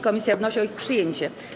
Komisja wnosi o ich przyjęcie.